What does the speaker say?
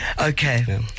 Okay